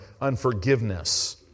unforgiveness